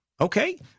Okay